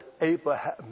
Abraham